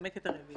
אנמק את הרביזיה.